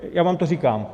Já vám to říkám.